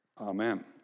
amen